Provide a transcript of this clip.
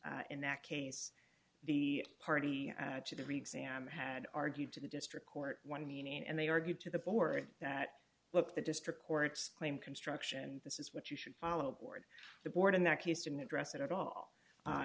in that case the party to the reexamined had argued to the district court one meaning and they argued to the board that look the district courts claim construction this is what you should follow a board the board in that case didn't address it at all